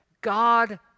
God